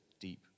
deep